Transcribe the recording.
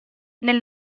nel